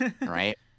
right